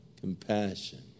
Compassion